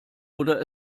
oder